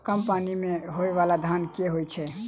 कम पानि मे होइ बाला धान केँ होइ छैय?